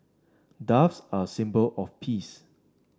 doves are a symbol of peace